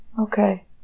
okay